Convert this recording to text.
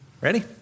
ready